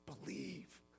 believe